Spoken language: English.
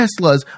Teslas